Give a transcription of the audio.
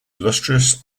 illustrious